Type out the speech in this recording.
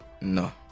No